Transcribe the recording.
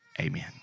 Amen